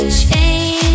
change